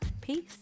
Peace